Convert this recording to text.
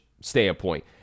standpoint